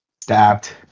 Stabbed